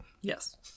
Yes